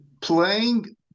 Playing